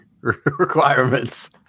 requirements